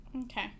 okay